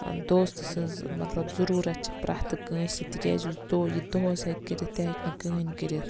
دوس تہٕ سٕنٛز مطلب ضرورَت چھ پرٮ۪تھ کٲنٛسہِ تِکیازِ یُس دو یہِ دوس ہیٚکہِ کٔرِتھ تہِ ہیٚکہِ نہٕ کٕہٕنۍ کٔرِتھ